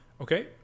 Okay